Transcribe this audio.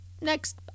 next